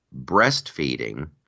breastfeeding